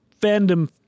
fandom